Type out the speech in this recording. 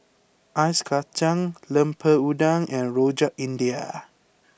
Ice Kachang Lemper Udang and Rojak India